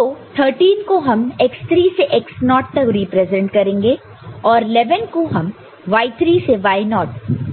तो 13 को हम x3 से x0 तक में रिप्रेजेंट करेंगे और 11 को हम y3 से y0